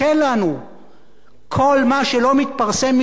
כל מה שלא מתפרסם משיקולים לא עיתונאיים